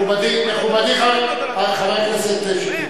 מכובדי חבר הכנסת שטרית,